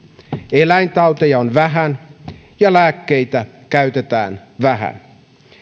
eläintauteja on vähän ja lääkkeitä käytetään vähän